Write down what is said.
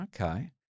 Okay